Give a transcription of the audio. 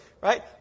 right